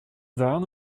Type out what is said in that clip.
done